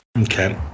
Okay